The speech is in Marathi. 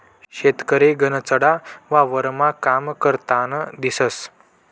शेतकरी गनचदा वावरमा काम करतान दिसंस